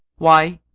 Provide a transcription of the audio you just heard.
why,